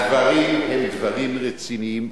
הדברים הם דברים רציניים,